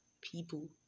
people